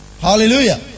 Hallelujah